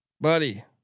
Buddy